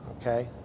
Okay